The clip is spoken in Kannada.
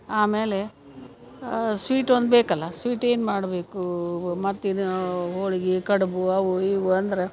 ಆಮೇಲೆ ಸ್ವೀಟ್ ಒಂದು ಬೇಕಲ್ಲ ಸ್ವೀಟ್ ಏನು ಮಾಡ್ಬೇಕು ಮತ್ತು ಇದು ಹೋಳ್ಗಿ ಕಡಬು ಅವು ಇವು ಅಂದ್ರೆ